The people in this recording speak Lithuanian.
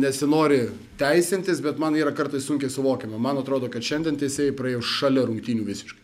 nesinori teisintis bet man yra kartais sunkiai suvokiama man atrodo kad šiandien teisėjai praėjo šalia rungtynių visiškai